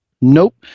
Nope